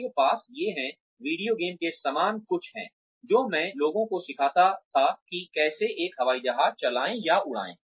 आपके पास ये हैं वीडियो गेम के समान कुछ है जो मैं लोगों को सिखाता था कि कैसे एक हवाई जहाज चलाएँ या उड़ाए